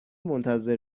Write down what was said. منتظر